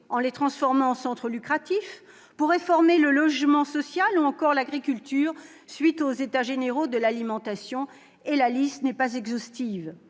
en les transformant en centres lucratifs, pour réformer le logement social ou encore le secteur agricole, à la suite des états généraux de l'alimentation, cette liste n'étant pas exhaustive.